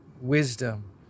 wisdom